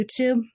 YouTube